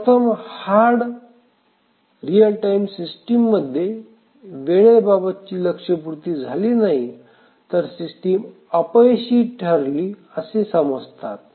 प्रथम hard real time system मध्ये वेळेबाबत ची लक्षपूर्तीझाली नाही तर सिस्टीम अपयशी ठरली असे समजतात